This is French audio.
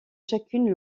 chacune